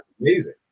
amazing